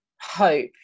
hope